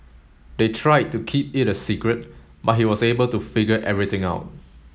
they tried to keep it a secret but he was able to figure everything out